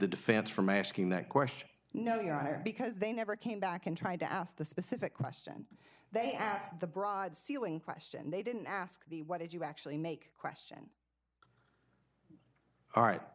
the defense from asking that question knowing i had because they never came back and tried to ask the specific question they ask the bride ceiling question they didn't ask the what did you actually make question all right